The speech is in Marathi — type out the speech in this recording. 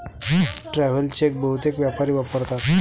ट्रॅव्हल चेक बहुतेक व्यापारी वापरतात